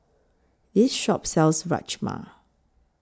This Shop sells Rajma